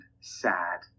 sad